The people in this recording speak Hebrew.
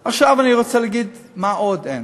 עכשיו אני רוצה להגיד מה עוד אין,